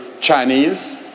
Chinese